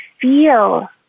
feel